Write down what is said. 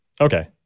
Okay